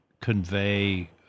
convey